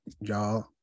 y'all